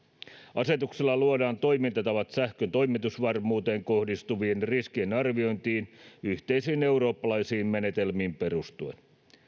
asetuksella luodaan toimintatavat sähkön toimitusvarmuuteen kohdistuvien riskien arviointiin yhteisiin eurooppalaisiin menetelmiin perustuen